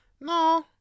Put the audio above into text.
No